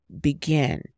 begin